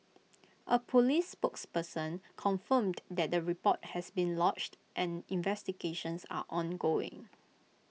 A Police spokesperson confirmed that the report has been lodged and investigations are ongoing